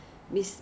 没有飞机